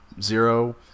Zero